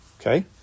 okay